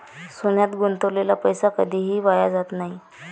सोन्यात गुंतवलेला पैसा कधीही वाया जात नाही